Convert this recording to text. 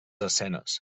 escenes